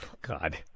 God